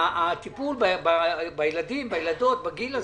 הטיפול בילדים ובילדות בגיל הזה.